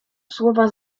słowa